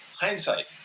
Hindsight